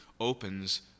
opens